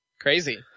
Crazy